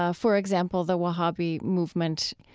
ah for example, the wahhabi movement,